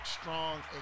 strong